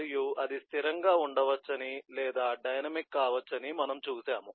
మరియు అది స్థిరంగా ఉండవచ్చని లేదా అది డైనమిక్ కావచ్చు అని మనము చూశాము